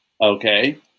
okay